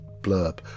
blurb